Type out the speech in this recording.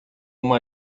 uma